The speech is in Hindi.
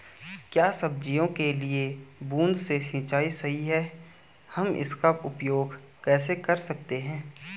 क्या सब्जियों के लिए बूँद से सिंचाई सही है हम इसका उपयोग कैसे कर सकते हैं?